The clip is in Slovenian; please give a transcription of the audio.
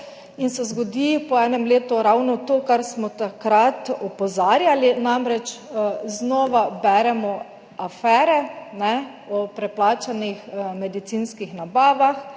In se zgodi po enem letu ravno to, kar smo takrat opozarjali, namreč, znova beremo o aferah o preplačanih medicinskih nabavah,